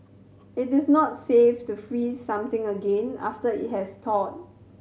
it is not safe to freeze something again after it has thawed